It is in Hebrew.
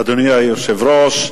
אדוני היושב-ראש,